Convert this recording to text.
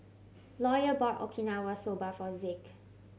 Lawyer bought Okinawa Soba for Zeke